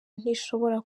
ntishobora